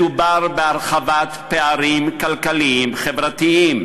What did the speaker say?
מדובר בהרחבת פערים כלכליים-חברתיים,